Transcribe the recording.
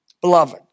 Beloved